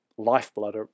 lifeblood